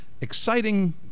exciting